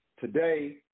today